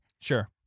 Sure